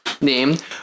named